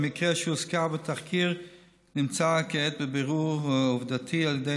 המקרה שהוזכר בתחקיר נמצא כעת בבירור עובדתי על ידי